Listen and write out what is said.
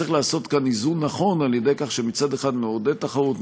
צריך לעשות כאן איזון נכון על-ידי כך שמצד אחד נעודד תחרות,